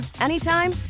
anytime